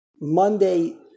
Monday